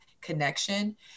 connection